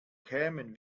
kämen